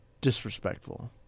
disrespectful